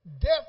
Death